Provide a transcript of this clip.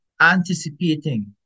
anticipating